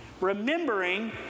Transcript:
remembering